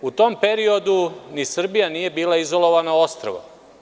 U tom periodu ni Srbija nije bila izolovano ostrvo.